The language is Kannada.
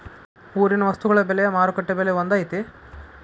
ಊರಿನ ವಸ್ತುಗಳ ಬೆಲೆ ಮಾರುಕಟ್ಟೆ ಬೆಲೆ ಒಂದ್ ಐತಿ?